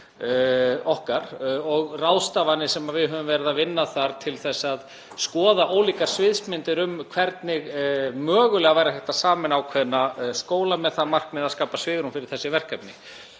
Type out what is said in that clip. og ráðstafanir sem við höfum verið að vinna þar til að skoða ólíkar sviðsmyndir um hvernig mögulega væri hægt að sameina ákveðna skóla með það að markmiði að skapa svigrúm fyrir þessi verkefni.